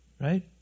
right